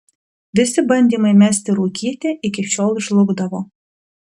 visi bandymai mesti rūkyti iki šiol žlugdavo